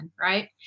right